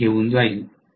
मध्ये घेऊन येईल